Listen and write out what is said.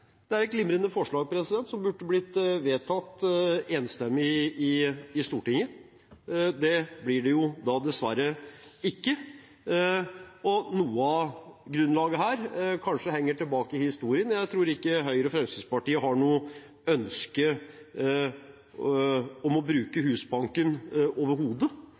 Det er et glimrende forslag, som burde blitt vedtatt enstemmig i Stortinget. Det blir det dessverre ikke, og noe av grunnlaget henger kanskje igjen i historien. Jeg tror ikke Høyre og Fremskrittspartiet har noe ønske om å bruke Husbanken overhodet.